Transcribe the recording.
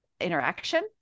interaction